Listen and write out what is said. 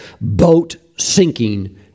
boat-sinking